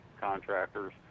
contractors